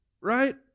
right